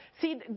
See